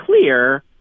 clear